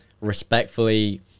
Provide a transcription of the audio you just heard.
respectfully